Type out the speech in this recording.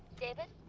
david?